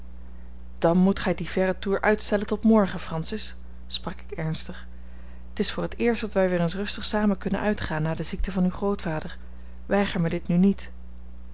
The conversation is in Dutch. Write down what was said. dan moet gij dien verren toer uitstellen tot morgen francis sprak ik ernstig t is voor het eerst dat wij weer eens rustig samen kunnen uitgaan na de ziekte van uw grootvader weiger mij dit nu niet